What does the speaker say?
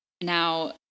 now